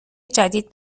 جدید